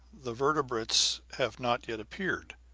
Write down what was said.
the vertebrates have not yet appeared.